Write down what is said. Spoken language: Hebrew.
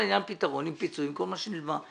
לזה פתרון עם פיצויים וכל מה שנלווה לזה.